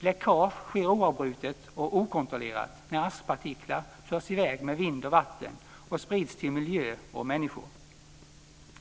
Läckage sker oavbrutet och okontrollerat när askpartiklar förs i väg med vind och vatten och sprids till miljö och människor.